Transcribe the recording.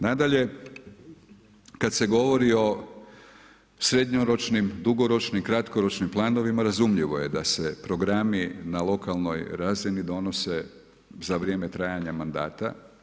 Nadalje, kada se govori o srednjoročnim, dugoročnim, kratkoročnim planovima razumljivo je da se programi na lokalnoj razini donose za vrijeme trajanja mandata.